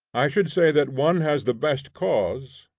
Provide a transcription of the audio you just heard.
i should say that one has the best cause,